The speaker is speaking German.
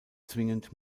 zwingend